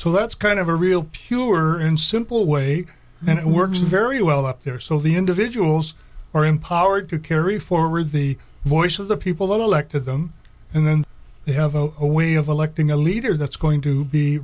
so that's kind of a real pure and simple way and it works very well up there so the individuals are empowered to carry forward the voice of the people that elected them and then they have a way of electing a leader that's going to be